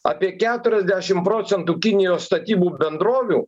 apie keturiasdešim procentų kinijos statybų bendrovių